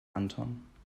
anton